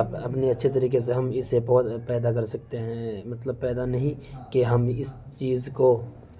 اپ اپنے اچھے طریقے سے ہم اسے پود پیدا کر سکتے ہیں مطلب پیدا نہیں کہ ہم اس چیز کو